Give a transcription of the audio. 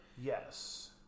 Yes